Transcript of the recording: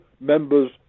members